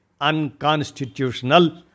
unconstitutional